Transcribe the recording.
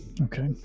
Okay